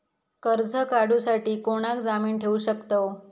कर्ज काढूसाठी कोणाक जामीन ठेवू शकतव?